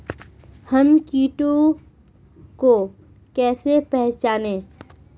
हम कीटों को कैसे पहचाने?